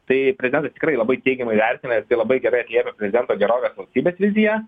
tai gal ir tikrai labai teigiamai vertina labai gerai atlieka prezidento gerovę kokybės vizija